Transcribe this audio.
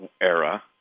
era